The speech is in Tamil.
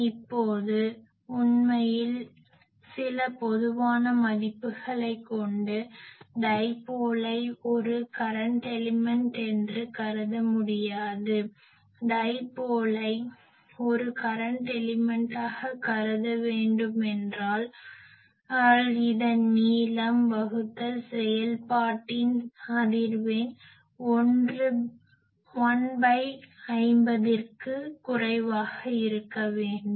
இப்போது உண்மையில் சில பொதுவான மதிப்புகளைக் கொண்டு டைப்போலை ஒரு கரன்ட் எலிமென்ட் என்று கருத முடியாது டைப்போலை ஒரு கரன்ட் எலிமென்டாக கருத வேண்டும் என்றால் இதன் நீளம் வகுத்தல் செயல்பாட்டின் அதிர்வெண் 150 ற்கு குறைவாக இருக்க வேண்டும்